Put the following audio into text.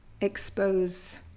expose